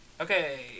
Okay